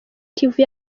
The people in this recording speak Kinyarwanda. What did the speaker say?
kivu